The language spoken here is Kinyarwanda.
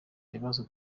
bibazo